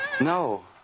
No